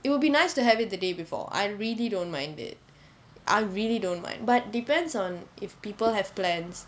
it will be nice to have it the day before I really don't mind it I really don't mind but depends on if people have plans